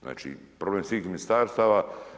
Znači, problem svih ministarstava.